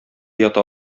ята